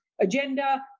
Agenda